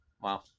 wow